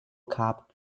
cap